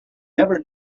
never